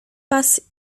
pas